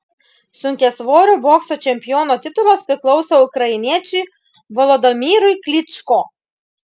sunkiasvorių bokso čempiono titulas priklauso ukrainiečiui volodymyrui klyčko